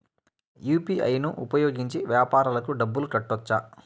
UPI ను ఉపయోగించి వ్యాపారాలకు డబ్బులు కట్టొచ్చా?